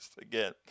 again